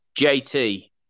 Jt